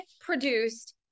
produced